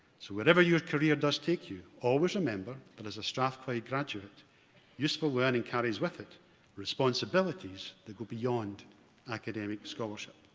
so wherever your career does take you, always remember that as a strathclyde graduate useful learning carries with it responsibilities that go beyond academic scholarship.